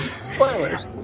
Spoilers